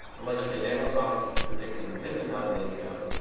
the legislative analyst's office is predicting this amount of income.